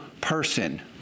person